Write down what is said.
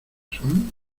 son